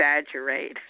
exaggerate